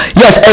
yes